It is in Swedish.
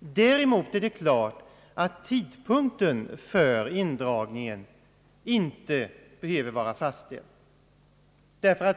Däremot är det klart att tidpunkten för indragningen inte behöver vara fastställd.